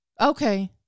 Okay